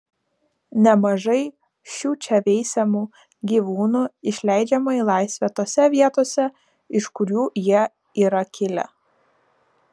nemažai šių čia veisiamų gyvūnų išleidžiama į laisvę tose vietovėse iš kurių jie yra kilę